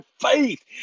faith